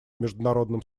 международным